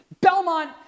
belmont